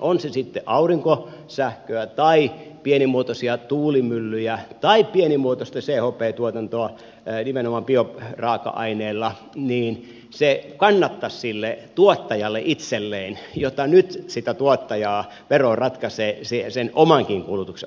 on se sitten aurinkosähköä tai pienimuotoisia tuulimyllyjä tai pienimuotoista chp tuotantoa nimenomaan bioraaka aineella kannattaisi sille tuottajalle itselleen jota nyt vero rankaisee sen omankin kulutuksen osalta